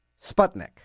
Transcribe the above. Sputnik